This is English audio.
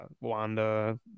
Wanda